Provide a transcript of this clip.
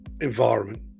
environment